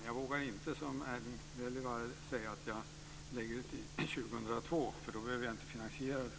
Jag vågar inte, som Erling Wälivaara, säga att jag lägger fram det till 2002 för då behöver jag inte finansiera det.